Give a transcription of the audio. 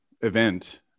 event